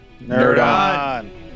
Nerdon